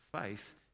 faith